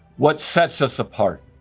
what sets us apart,